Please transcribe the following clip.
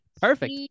Perfect